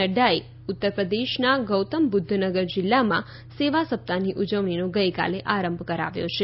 નડ્ડાએ ઉત્તરપ્રદેશના ગૌતમ બુધ્ધનગર જિલ્લામાં સેવા સપ્તાહની ઉજવણીનો ગઈકાલે આરંભ કરાવ્યો છે